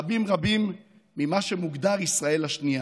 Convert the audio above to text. רבים רבים ממה שמוגדר "ישראל השנייה",